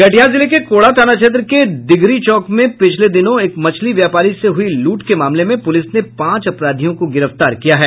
कटिहार जिले के कोढ़ा थाना क्षेत्र के दिघरी चौक में पिछले दिनों एक मछली व्यापारी से हुई लूट के मामले में पुलिस ने पांच अपराधियों को गिरफ्तार किया है